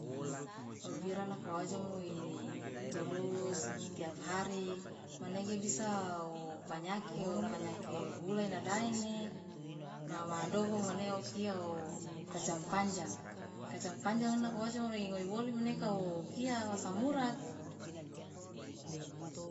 obira nako wa ojomo iturus tiap hari manege bisa wo panyake opanyake gula ina daene na madogo mane okia kacang panjang kacang panjang man nako wa ojomo lo ingoe woli mane kawo asam urat.